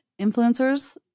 influencers